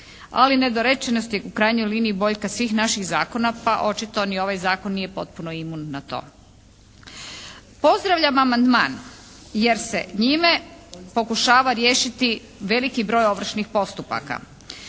Ali nedorečenost je u krajnjoj liniji boljka svih naših zakona, pa očito ni ovaj zakon nije potpuno imun na to. Pozdravljam amandman jer se njime pokušava riješiti veliki broj ovršnih postupaka,